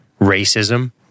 Racism